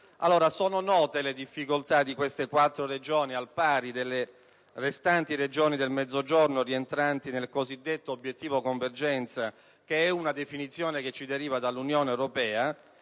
Sono note le difficoltà di queste quattro Regioni, al pari delle restanti Regioni del Mezzogiorno rientranti nel cosiddetto obiettivo convergenza, la cui definizione ci deriva dall'Unione europea.